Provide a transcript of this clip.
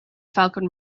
falcon